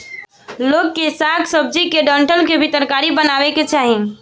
लोग के साग सब्जी के डंठल के भी तरकारी बनावे के चाही